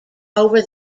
over